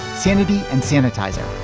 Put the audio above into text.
sanity and sanitiser,